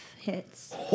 hits